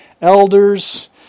elders